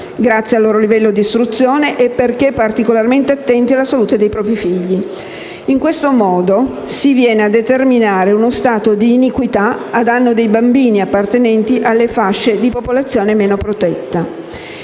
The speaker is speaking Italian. grazie al loro livello di istruzione e perché particolarmente attenti alla salute dei propri figli. In questo modo, si viene a determinare uno stato di iniquità a danno dei bambini appartenenti alle fasce di popolazione meno protetta.